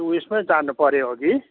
त्यो उएसमै जानुपऱ्यो हगि